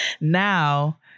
now